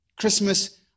Christmas